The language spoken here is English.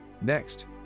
Next